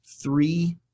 Three